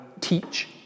teach